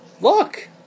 Look